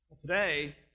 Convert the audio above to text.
Today